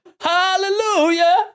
Hallelujah